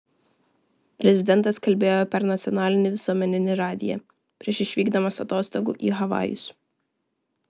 prezidentas kalbėjo per nacionalinį visuomeninį radiją prieš išvykdamas atostogų į havajus